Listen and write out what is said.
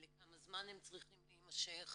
לכמה זמן הם צריכים להמשך